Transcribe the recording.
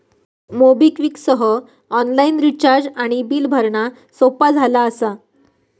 MobiKwik सह online recharge आणि bill भरणा सोपा झाला असा